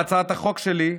בהצעת החוק שלי,